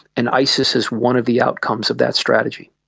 and isis is one of the outcomes of that strategy.